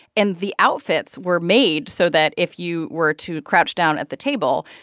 and the outfits were made so that if you were to crouch down at the table,